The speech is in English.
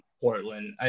Portland